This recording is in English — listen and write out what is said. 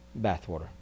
bathwater